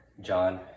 john